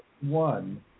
one